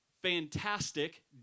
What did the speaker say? Fantastic